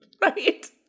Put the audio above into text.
Right